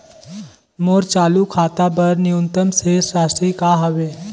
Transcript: मोर चालू खाता बर न्यूनतम शेष राशि का हवे?